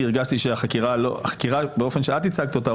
כי הרגשתי שהחקירה באופן שאת הצגת אותה,